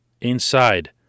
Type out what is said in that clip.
inside